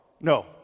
No